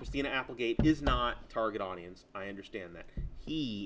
you see in applegate is not a target audience i understand that he